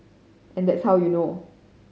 and that's how you know